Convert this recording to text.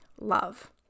love